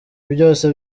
byose